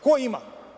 Ko ima?